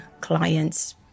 clients